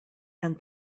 and